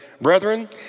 Brethren